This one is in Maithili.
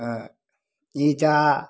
अँ ईंटा